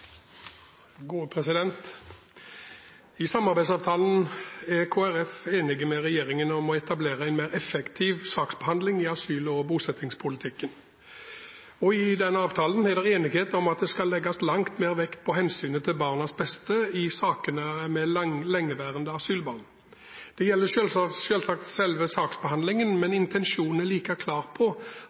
I samarbeidsavtalen er Kristelig Folkeparti enig med regjeringen om å etablere en mer effektiv saksbehandling i asyl- og bosettingspolitikken. I avtalen er det enighet om at det skal legges langt mer vekt på hensynet til barnas beste i sakene som gjelder lengeværende asylbarn. Det gjelder selvsagt selve saksbehandlingen, men intensjonen er like klar på